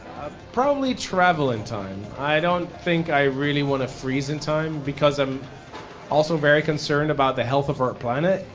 probably travel in time. i don't think i really want to freeze in time because i'm also very concerned about the health of our planet,